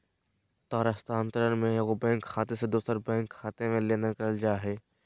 तार स्थानांतरण में एगो बैंक खाते से दूसर बैंक खाते में लेनदेन करल जा हइ